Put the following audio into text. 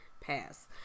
pass